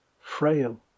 frail